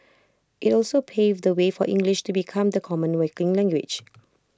IT also paved the way for English to become the common waking language